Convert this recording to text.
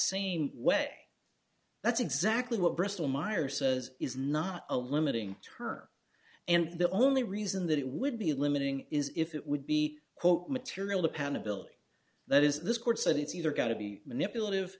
same way that's exactly what bristol myers says is not a limiting term and the only reason that it would be limiting is if it would be quote material dependability that is this court said it's either got to be manipulative